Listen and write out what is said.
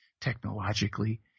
technologically